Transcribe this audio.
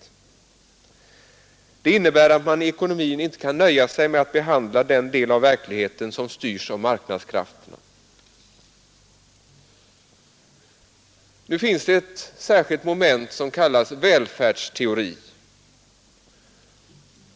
Detta innebär att man i ekonomin inte kan nöja sig med att behandla den del av verkligheten som styrs av marknadskrafterna. Nu finns det i ekonomin ett särskilt moment som heter välfärdsteori.